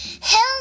Help